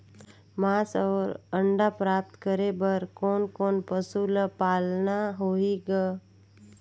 मांस अउ अंडा प्राप्त करे बर कोन कोन पशु ल पालना होही ग?